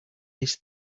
his